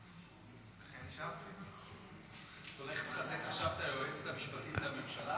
את הולכת עכשיו לחזק את היועצת המשפטית לממשלה